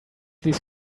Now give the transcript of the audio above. these